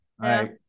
right